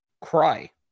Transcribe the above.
Cry